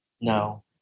no